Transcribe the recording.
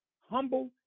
humble